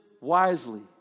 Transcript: wisely